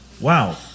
Wow